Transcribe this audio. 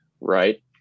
right